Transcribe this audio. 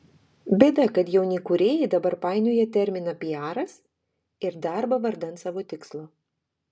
bėda kad jauni kūrėjai dabar painioja terminą piaras ir darbą vardan savo tikslo